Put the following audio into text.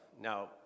now